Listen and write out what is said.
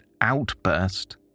outburst